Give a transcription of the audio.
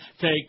Take